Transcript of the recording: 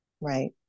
Right